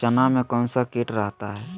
चना में कौन सा किट रहता है?